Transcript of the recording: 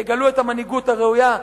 שתגלו את המנהיגות הראויה,